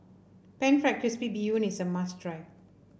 pan fried crispy Bee Hoon is a must try